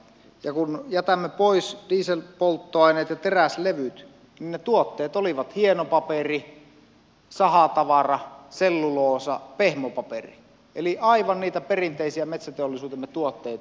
kun jätämme pois dieselpolttoaineet ja teräslevyt niin ne tuotteet olivat hienopaperi sahatavara selluloosa pehmopaperi eli aivan niitä perinteisiä metsäteollisuutemme tuotteita